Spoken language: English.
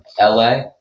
LA